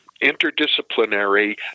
interdisciplinary